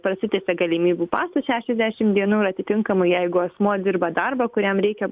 prasitęsia galimybių pasas šešiasdešim dienų ir atitinkamai jeigu asmuo dirba darbą kuriam reikia